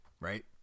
right